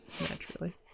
naturally